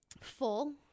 full